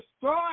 destroy